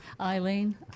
Eileen